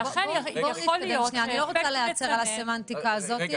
בואו נתקדם, אני לא רוצה להיעצר על הסמנטיקה הזו.